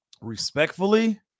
Respectfully